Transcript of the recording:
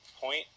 point